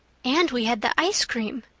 and we had the ice cream.